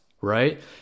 Right